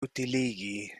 utiligi